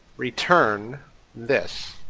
return this,